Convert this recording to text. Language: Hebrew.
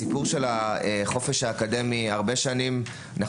הסיפור של החופש האקדמי במשך שנים רבות